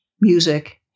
music